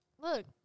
Look